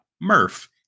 Murph